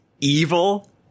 evil